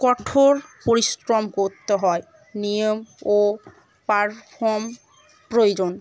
কঠোর পরিশ্রম করতে হয় নিয়ম ও পারফর্ম প্রয়োজন